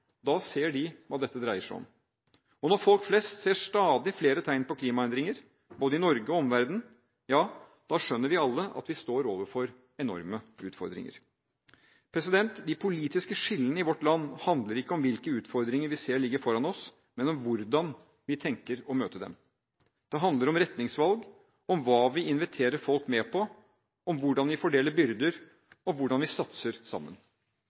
betydelig, ser de hva dette dreier seg om. Og når folk flest ser stadig flere tegn på klimaendringer, både i Norge og i omverdenen, skjønner vi alle at vi står overfor enorme utfordringer. De politiske skillene i vårt land handler ikke om hvilke utfordringer vi ser ligger foran oss, men om hvordan vi tenker å møte dem. Det handler om retningsvalg, om hva vi inviterer folk med på, om hvordan vi fordeler byrder, og hvordan vi satser sammen. Regjeringen har valgt sin strategi, på mange områder i